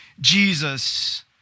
Jesus